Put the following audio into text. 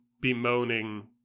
bemoaning